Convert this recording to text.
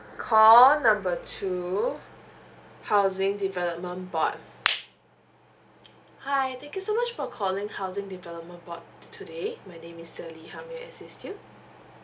call number two housing development board hi thank you so much for calling housing development board today my name is sally how may I assist you